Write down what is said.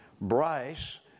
Bryce